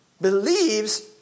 believes